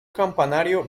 campanario